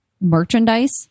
merchandise